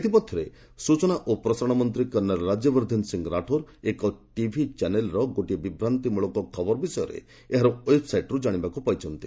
ଇତିମଧ୍ୟରେ ସଚନା ଓ ପ୍ରସାରଣ ମନ୍ତ୍ରୀ କର୍ଣ୍ଣେଲ୍ ରାଜ୍ୟବର୍ଦ୍ଧନ ରାଠୋର ଏକ ଟିଭି ଚ୍ୟାନେଲ୍ର ଗୋଟିଏ ବିଭ୍ରାନ୍ତିକର ଖବର ବିଷୟରେ ଏହାର ଓ୍ୱେବ୍ସାଇଟ୍ରୁ ଜାଶିବାକୁ ପାଇଛନ୍ତି